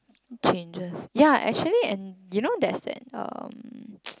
changes ya actually and you know there's that um